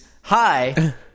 hi